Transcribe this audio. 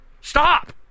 Stop